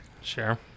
Sure